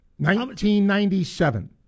1997